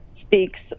speaks